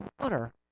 water